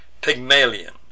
Pygmalion